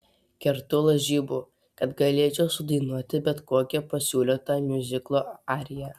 kertu lažybų kad galėčiau sudainuoti bet kokią pasiūlytą miuziklo ariją